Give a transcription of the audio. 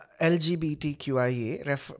LGBTQIA